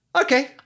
Okay